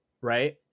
Right